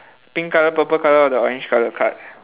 pink colour purple colour or the orange colour cards